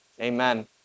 Amen